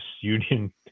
Union